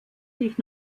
sich